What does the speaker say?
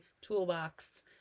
toolbox